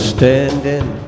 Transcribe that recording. standing